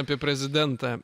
apie prezidentą